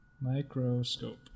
Microscope